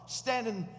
standing